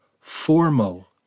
formal